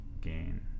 gain